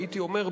הייתי אומר,